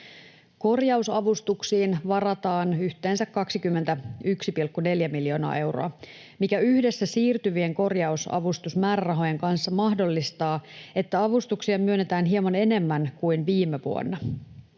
Korjausavustuksiin varataan yhteensä 21,4 miljoonaa euroa, mikä yhdessä siirtyvien korjausavustusmäärärahojen kanssa mahdollistaa, että avustuksia myönnetään hieman enemmän kuin viime vuonna